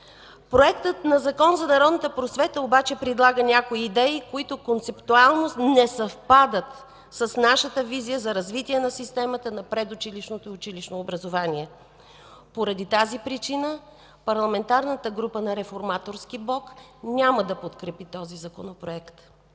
Законопроектът за народната просвета обаче предлага някои идеи, които концептуално не съвпадат с нашата визия за развитие на системата на предучилищното и училищното образование. По тази причина Парламентарната група на Реформаторския блок няма да подкрепи този законопроект.